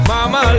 Mama